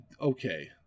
okay